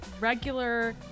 regular